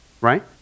Right